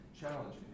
challenge